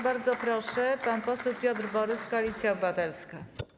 Bardzo proszę, pan poseł Piotr Borys, Koalicja Obywatelska.